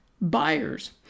buyers